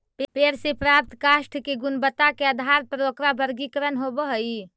पेड़ से प्राप्त काष्ठ के गुणवत्ता के आधार पर ओकरा वर्गीकरण होवऽ हई